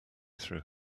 through